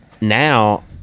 now